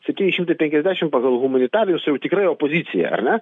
septyni šimtai penkiasdešim pagal humanitarinius jau tikrai opozicija ar ne